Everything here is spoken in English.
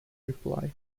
reply